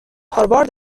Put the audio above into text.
هاروارد